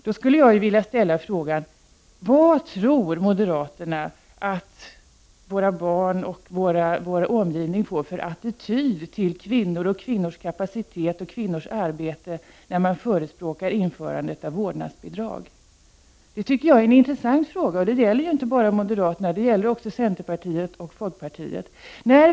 Jag skulle därför vilja ställa följande fråga: Vad tror moderaterna att våra barn och vår omgivning får för attityd till kvinnor och kvinnors kapacitet och till kvinnors arbete, när ett införande av vårdnadsbidrag förespråkas? Det tycker jag är en intressant fråga. Denna fråga gäller inte bara moderaterna utan även centerpartiet och folkpartiet.